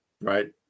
right